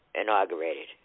inaugurated